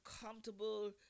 comfortable